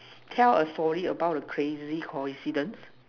tell a story about a crazy coincidence